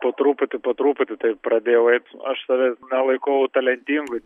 po truputį po truputį taip pradėjau eit aš save nelaikau talentingu